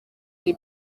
iri